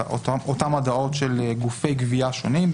אותן הודעות של גופי גבייה שונים,